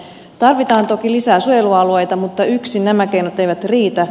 tarvitaan toki lisää suojelualueita mutta yksin nämä keinot eivät riitä